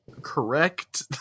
correct